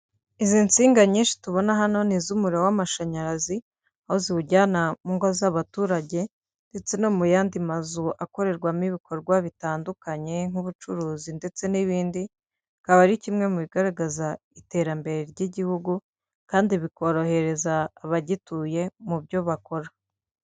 Izi nsinga nyinshi tubona hano ni iz'umuriro w'amashanyarazi, aho ziwujyana mu ngo z'abaturage ndetse no mu yandi mazu akorerwamo ibikorwa bitandukanye nk'ubucuruzi ndetse n'ibindi, bikaba ari kimwe mu bigaragaza iterambere ry'igihugu kandi bikorohereza abagituye mu byo bakora.